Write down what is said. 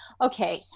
Okay